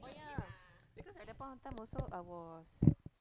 oh yeah because at that point of time also I was